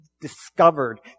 discovered